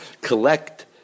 collect